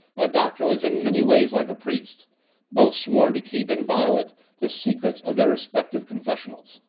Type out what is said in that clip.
a doctor was in many ways like a priest both sworn to keep inviolate the secrets of their respective confessionals.